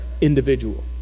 individual